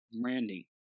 branding